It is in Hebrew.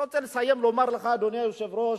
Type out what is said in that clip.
אני רוצה לסיים ולומר לך, אדוני היושב-ראש,